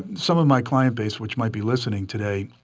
some of my client base, which might be listening today,